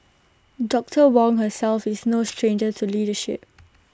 doctor Wong herself is no stranger to leadership